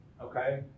okay